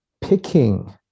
picking